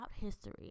history